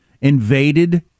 invaded